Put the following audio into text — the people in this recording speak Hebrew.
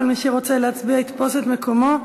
כל מי שרוצה להצביע יתפוס את מקומו.